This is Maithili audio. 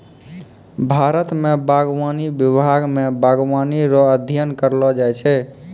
भारत मे बागवानी विभाग मे बागवानी रो अध्ययन करैलो जाय छै